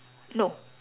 no